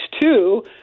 two